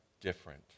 different